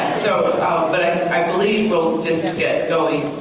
but i believe we'll just get going.